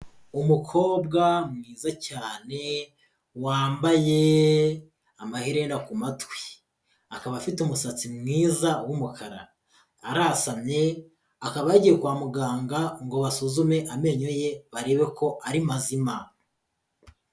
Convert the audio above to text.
Umukobwa mwiza cyane, wambaye amaherena ku matwi, akaba afite umusatsi mwiza w'umukara, arasamye, akaba yagiye kwa muganga ngo basuzume amenyo ye, barebe ko ari mazima.